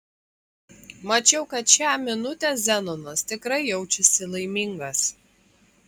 mačiau kad šią minutę zenonas tikrai jaučiasi laimingas